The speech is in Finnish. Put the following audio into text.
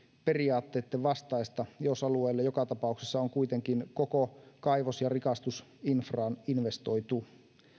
periaatteitten vastaista jos alueelle joka tapauksessa on kuitenkin koko kaivos ja rikastusinfraan investoitu